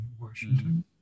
Washington